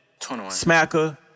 smacker